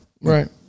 Right